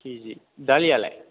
किजि दालि आलाय